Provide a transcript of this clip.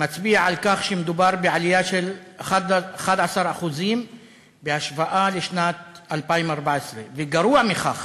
מצביע על כך שמדובר בעלייה של 11% בהשוואה לשנת 2014. גרוע מכך,